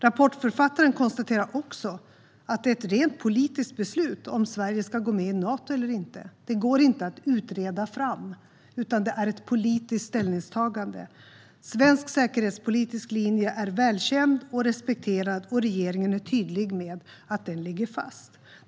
Rapportförfattaren konstaterar också att det är ett rent politiskt beslut om Sverige ska gå med i Nato eller inte. Detta går inte att utreda fram, utan det är ett politiskt ställningstagande. Svensk säkerhetspolitisk linje är välkänd och respekterad, och regeringen är tydlig med att den ligger fast.